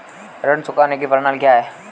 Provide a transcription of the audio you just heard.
ऋण चुकाने की प्रणाली क्या है?